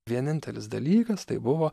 vienintelis dalykas tai buvo